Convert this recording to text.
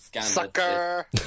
Sucker